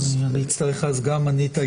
אז אני אצטרך גם להתייחס.